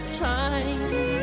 time